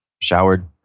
showered